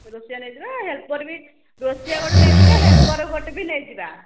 ରୋଷେଇଆ ନେଇଯିବା ହେଲ୍ପର ବି ରୋଷିଆ ଗୋଟେ ନେଇଯିବେ ହେଲ୍ପର ଗୋଟେ ବି ନେଇଯିବା